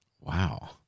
Wow